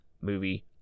movie